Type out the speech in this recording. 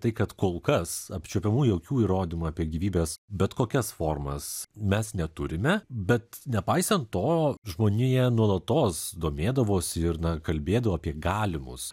tai kad kol kas apčiuopiamų jokių įrodymų apie gyvybės bet kokias formas mes neturime bet nepaisant to žmonija nuolatos domėdavosi ir na kalbėdavo apie galimus